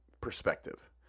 perspective